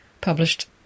Published